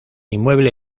inmueble